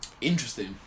Interesting